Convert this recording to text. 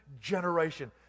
generation